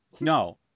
No